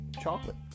Chocolate